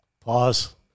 Pause